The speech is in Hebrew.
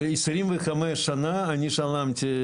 מ-BSF שילמתי.